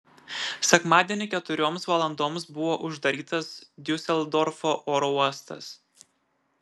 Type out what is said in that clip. sekmadienį keturioms valandoms buvo uždarytas diuseldorfo oro uostas